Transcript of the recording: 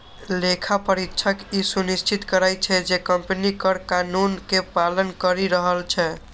लेखा परीक्षक ई सुनिश्चित करै छै, जे कंपनी कर कानून के पालन करि रहल छै